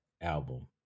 album